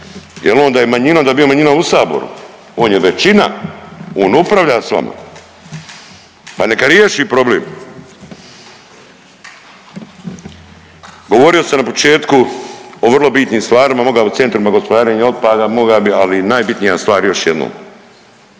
jel on da je manjina onda bi bio manjina u Saboru. On je većina, on upravlja s vama, pa neka riješi problem. Govorio sam na početku o vrlo bitnim stvarima mogao bi o gospodarenja otpada moga bi, ali najbitnija stvar još jednom,